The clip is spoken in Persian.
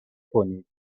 کنید